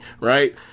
right